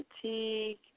fatigue